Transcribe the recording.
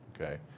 okay